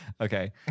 Okay